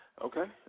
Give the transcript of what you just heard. Okay